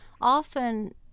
Often